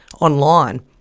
online